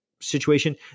situation